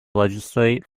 legislate